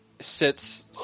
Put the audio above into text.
sits